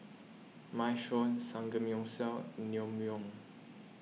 Minestrone Samgeyopsal Naengmyeon